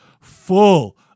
full